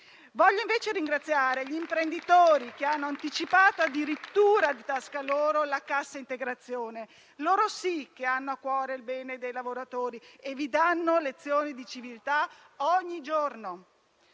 Voglio invece ringraziare gli imprenditori che hanno anticipato addirittura di tasca loro la cassa integrazione: loro sì che hanno a cuore il bene dei lavoratori e vi danno lezioni di civiltà ogni giorno.